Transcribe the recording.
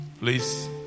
Please